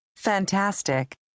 Fantastic